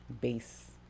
base